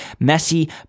Messi